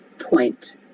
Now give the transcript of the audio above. point